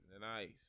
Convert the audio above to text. nice